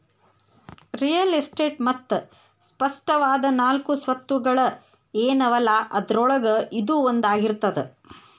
real estate ಮತ್ತ ಸ್ಪಷ್ಟವಾದ ನಾಲ್ಕು ಸ್ವತ್ತುಗಳ ಏನವಲಾ ಅದ್ರೊಳಗ ಇದೂ ಒಂದಾಗಿರ್ತದ